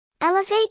Elevate